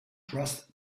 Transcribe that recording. trust